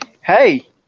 Hey